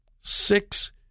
six